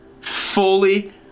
fully